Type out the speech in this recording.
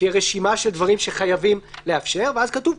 שזה רשימה של דברים שחייבים לאפשר ואז כתוב: